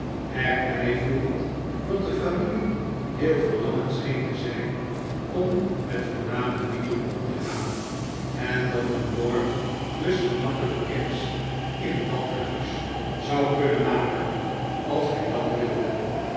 er bijvoegend dat de familie heel verlangend scheen te zijn om met voorname lieden om te gaan en dat een lord dus gemakkelijk kennis in dat huis zou kunnen maken als hij dat wilde